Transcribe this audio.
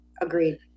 Agreed